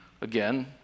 again